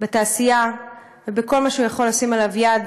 בתעשייה ובכל מה שהוא יכול לשים עליו יד,